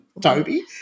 Toby